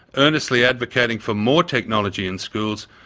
earnestly advocating for more technology in schools,